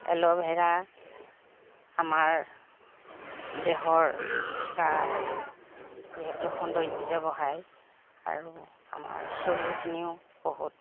aloe vera আমাৰ দেহৰ গাৰ যিহেতু সৌন্দৰ্য বঢ়ায় আৰু আমাৰ চুলিখিও বহুত